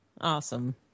Awesome